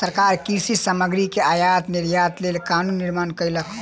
सरकार कृषि सामग्री के आयात निर्यातक लेल कानून निर्माण कयलक